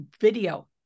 video